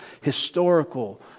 historical